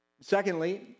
Secondly